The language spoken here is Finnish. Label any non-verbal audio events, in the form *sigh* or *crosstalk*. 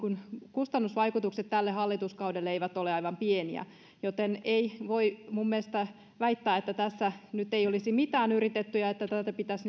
kustannusvaikutukset tälle hallituskaudelle eivät ole aivan pieniä joten ei voi minun mielestäni väittää että tässä nyt ei olisi mitään yritetty ja että tätä pitäisi *unintelligible*